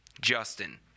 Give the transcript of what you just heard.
Justin